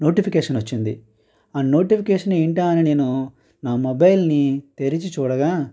notification వచ్చింది ఆ notification ఏంటా అని నేను నా మొబైల్ని తెరిచి చూడగా